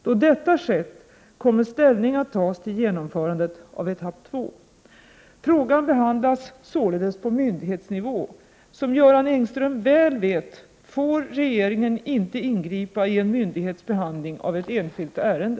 Då detta skett kommer ställning att tas till genomförandet av etapp 2. Frågan behandlas således på myndighetsnivå. Som Göran Engström väl vet får inte regeringen ingripa i en myndighets behandling av ett enskilt ärende.